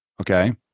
Okay